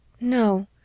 No